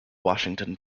washington